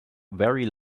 very